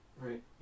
right